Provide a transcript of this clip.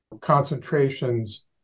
concentrations